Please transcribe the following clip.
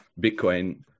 Bitcoin